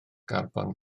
garbon